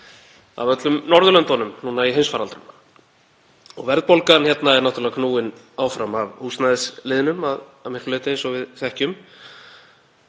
af öllum Norðurlöndunum núna í heimsfaraldri. Verðbólgan hérna er náttúrlega knúin áfram af húsnæðisliðnum að miklu leyti, eins og við þekkjum.